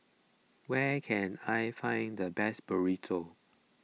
where can I find the best Burrito